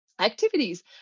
activities